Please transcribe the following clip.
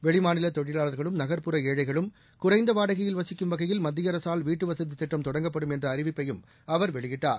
வெளிமாநில தொழிலாளர்களும் நகர்ப்புற ஏழைகளும் குறைந்த வாடகையில் வசிக்கும் வகையில் மத்திய அரசால் வீட்டுவசதி திட்டம் தொடங்கப்படும் என்ற அறிவிப்பையும் அவர் வெளியிட்டார்